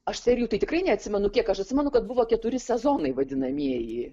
aš serijų tai tikrai neatsimenu kiek aš atsimenu kad buvo keturi sezonai vadinamieji